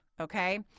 Okay